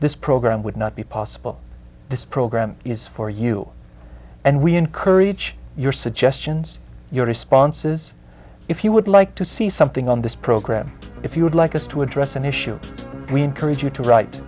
this program would not be possible this program is for you and we encourage your suggestions your responses if you would like to see something on this program if you would like us to address an issue we encourage you to write